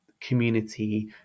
community